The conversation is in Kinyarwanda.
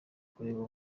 kureba